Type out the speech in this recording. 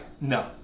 no